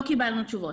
לא קיבלנו תשובות.